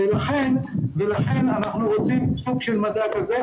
לכן אנחנו רוצים סוג של מידע כזה.